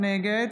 נגד